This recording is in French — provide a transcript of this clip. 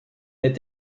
est